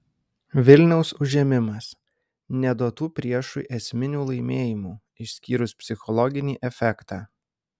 vilniaus užėmimas neduotų priešui esminių laimėjimų išskyrus psichologinį efektą